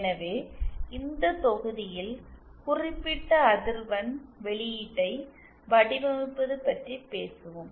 எனவே இந்த தொகுதியில் குறிப்பிட்ட அதிர்வெண் வெளியீட்டை வடிவமைப்பது பற்றி பேசுவோம்